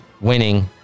winning